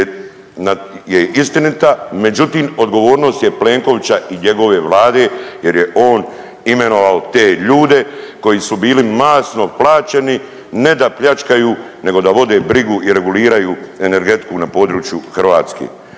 je istinita, međutim odgovornost je Plenkovića i njegove Vlade jer je on imenovao te ljude koji su bili masno plaćeni ne da pljačkaju, nego da vode brigu i reguliraju energetiku na području Hrvatske.